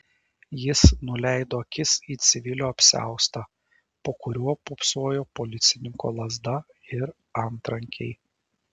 jis nuleido akis į civilio apsiaustą po kuriuo pūpsojo policininko lazda ir antrankiai